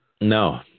no